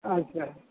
अच्छा